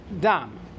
dam